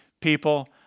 people